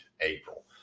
April